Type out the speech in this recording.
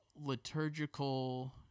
liturgical